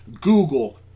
Google